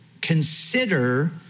consider